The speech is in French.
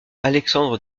alexandre